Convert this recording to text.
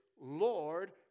Lord